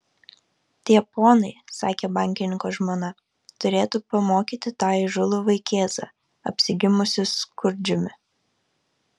tie ponai sakė bankininko žmona turėtų pamokyti tą įžūlų vaikėzą apsigimusį skurdžiumi